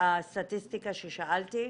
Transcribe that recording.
הסטטיסטיקה ששאלתי?